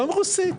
גם רוסית,